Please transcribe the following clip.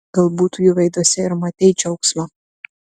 galbūt jų veiduose ir matei džiaugsmą